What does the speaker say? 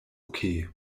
okay